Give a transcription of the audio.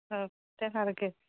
तें सांगलें की